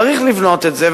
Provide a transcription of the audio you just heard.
צריך לבנות את זה,